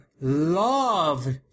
love